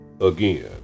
again